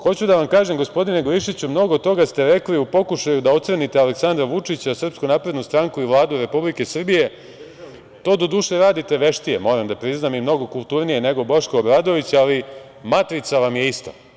Hoću da vam kažem, gospodine Glišiću, mnogo toga ste rekli u pokušaju da ocenite Aleksandra Vučića, SNS, i Vladu Republike Srbije, to radite veštije i mnogo kulturnije nego Boško Obradović, ali matrica vam je ista.